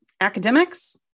academics